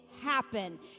happen